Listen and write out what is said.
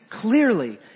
clearly